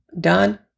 done